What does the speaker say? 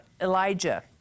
Elijah